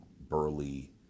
burly